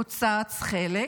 קוצץ חלק,